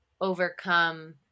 overcome